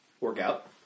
Workout